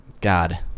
God